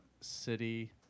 City